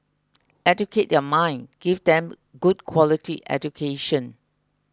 educate their mind give them good quality education